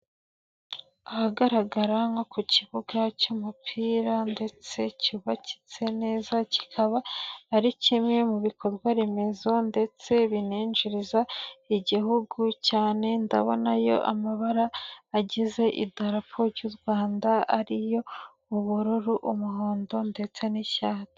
Ahagaragara nko ku kibuga cy'umupira ndetse cyubakitse neza, kikaba ari kimwe mu bikorwa remezo ndetse binenjiriza igihugu cyane, ndabonayo amabara agize idarapo ry'u rwanda, ariyo ubururu, umuhondo ndetse n'icyatsi.